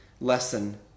lesson